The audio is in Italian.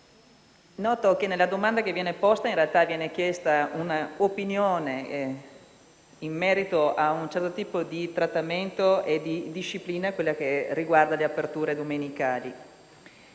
Nella domanda che viene posta viene chiesta un'opinione in merito a un certo tipo di trattamento e disciplina, quella che riguarda gli aperture domenicali.